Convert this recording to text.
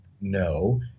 No